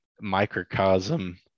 microcosm